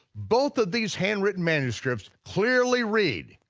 both of these handwritten manuscripts clearly read,